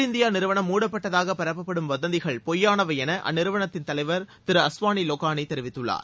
India நிறுவனம் மூடப்பட்டதாக பரப்பபடும் வதந்திகள் பொய்யானவை என ஏர் அந்நிறுவனத்தின் தலைவர் அஸவானி லொகானி தெரிவித்துள்ளார்